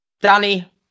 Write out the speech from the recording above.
Danny